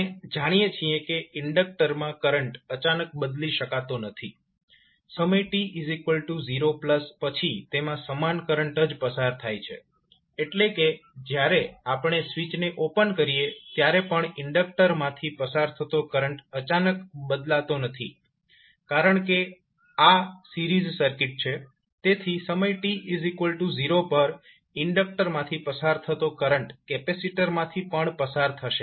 આપણે જાણીએ છીએ કે ઇન્ડક્ટરમાં કરંટ અચાનક બદલી શકાતો નથી સમય t0 પછી તેમાં સમાન કરંટ જ પસાર થાય છે એટલે કે જ્યારે આપણે સ્વીચને ઓપન કરીએ ત્યારે પણ ઇન્ડક્ટર માંથી પસાર થતો કરંટ અચાનક બદલતો નથી કારણ કે આ સિરીઝ સર્કિટ છે તેથી સમય t0 પર ઇન્ડકટર માંથી પસાર થતો કરંટ કેપેસીટર માંથી પણ પસાર થશે